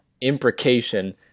imprecation